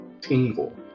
Tingle